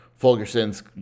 Fulgerson's